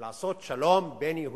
לעשות שלום בין יהודים.